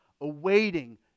awaiting